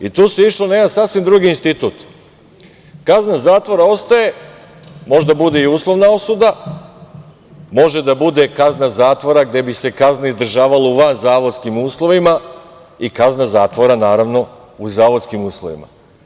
I tu se išlo na jedan sasvim drugi institut, kazna zatvora ostaje, možda bude i uslovna osuda, može da bude kazna zatvora gde bi se kazna izdržavala u vanzavodskim uslovima i kazna zatvora, naravno, u zavodskim uslovima.